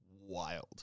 wild